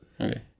Okay